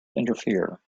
interfere